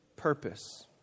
purpose